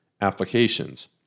applications